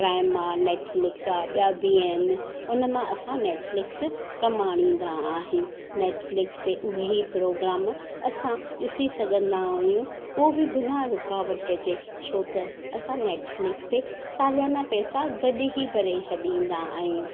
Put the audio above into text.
prime आहे Netflix आहे ॿिया बि आहिनि उन मां असां नेटफ्लिक्स कमु आणींदा आहियूं नेटफ्लिक्स ते उहे प्रोग्राम असां ॾिसी सघंदा आहियूं उहो बि बिना रुकावट जे छो त असां नेटफ्लिक्स ते सालाना पैसा गॾु ई भरे छॾींदा आहियूं